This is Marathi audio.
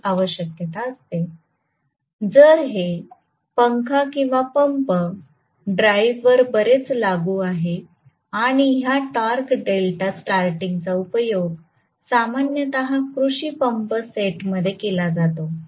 तर हे पंखा किंवा पंप ड्राईव्हवर बरेच लागू आहे आणि ह्या टॉर्क डेल्टा स्टारटिंग चा उपयोग सामान्यतः कृषी पंप सेटमध्ये केला जातो